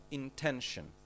intention